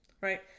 right